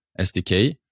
SDK